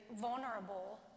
vulnerable